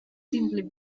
simply